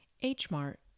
H-Mart